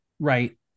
right